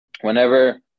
whenever